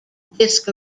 disk